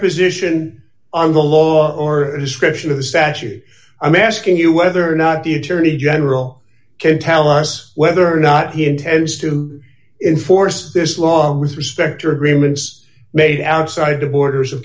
position on the law or description of the century i'm asking you whether or not the attorney general can tell us whether or not he intends to inforce this law with respect or agreements made outside the borders